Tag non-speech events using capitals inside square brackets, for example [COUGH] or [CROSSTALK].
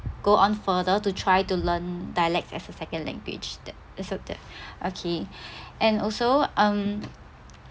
go on further to try to learn dialects as a second language that accepted [BREATH] okay [BREATH] and also um